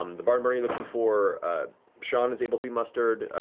um the barn-burner you're looking for shaun is able to be mustered,